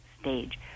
stage